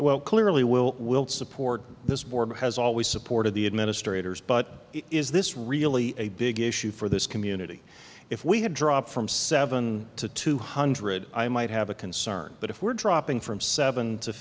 well clearly will will support this board has always supported the administrators but is this really a big issue for this community if we had dropped from seven to two hundred i might have a concern but if we're dropping from seven to